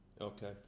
okay